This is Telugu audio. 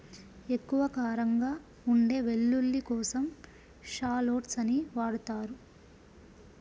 ఎక్కువ కారంగా ఉండే వెల్లుల్లి కోసం షాలోట్స్ ని వాడతారు